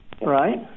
Right